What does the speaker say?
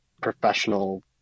professional